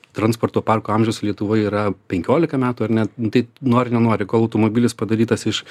transporto parko amžius lietuvoj yra penkiolika metų ar ne tai nori nenori kol automobilis padarytas iš